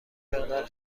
مقدار